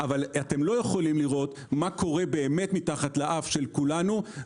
אבל אתם לא יכולים לראות מה באמת קורה מתחת לאף של כולנו.